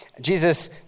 Jesus